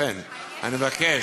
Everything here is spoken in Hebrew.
לכן אני מבקש,